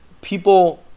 people